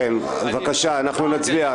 בבקשה, אנחנו נצביע.